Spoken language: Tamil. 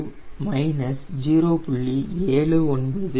346 Cm 0